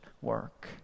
work